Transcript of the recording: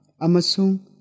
amasung